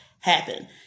Happen